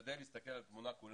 שיודע להסתכל על התמונה כולה.